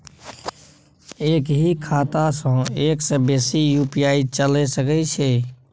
एक ही खाता सं एक से बेसी यु.पी.आई चलय सके छि?